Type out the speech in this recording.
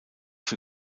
für